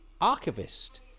archivist